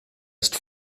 ist